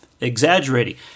exaggerating